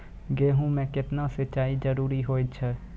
गेहूँ म केतना सिंचाई जरूरी होय छै?